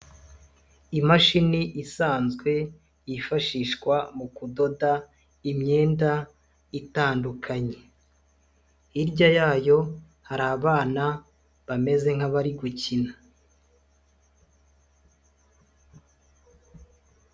Imashini isanzwe yifashishwa mu kudoda imyenda itandukanye, hirya yayo hari abana bameze nk'abari gukina.